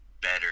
Better